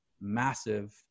massive